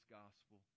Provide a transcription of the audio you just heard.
gospel